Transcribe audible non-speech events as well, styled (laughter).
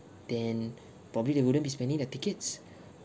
then (breath) probably wouldn't be spending the tickets